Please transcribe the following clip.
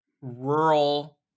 Rural